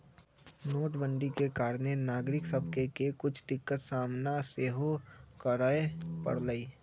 नोटबन्दि के कारणे नागरिक सभके के कुछ दिक्कत सामना सेहो करए परलइ